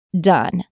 done